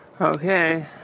Okay